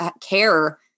care